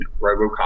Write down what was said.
Robocop